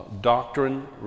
doctrine